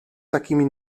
takimi